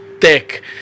thick